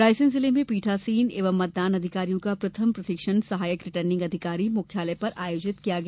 रायसेन जिले में पीठासीन एवं मतदान से अधिकारियों का प्रथम प्रशिक्षण सहायक रिटर्निंग अधिकारी मुख्यालय पर आयोजित किया गया